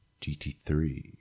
gt3